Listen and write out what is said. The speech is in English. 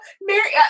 Mary